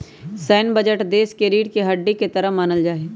सैन्य बजट देश के रीढ़ के हड्डी के तरह मानल जा हई